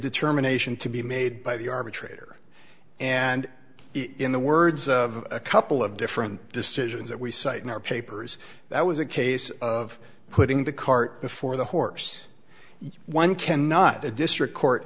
determination to be made by the arbitrator and in the words of a couple of different decisions that we cite in our papers that was a case of putting the cart before the horse one can not a district court